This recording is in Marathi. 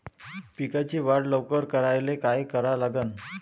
पिकाची वाढ लवकर करायले काय करा लागन?